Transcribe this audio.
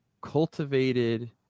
cultivated